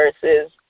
versus